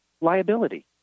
Liability